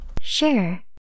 Sure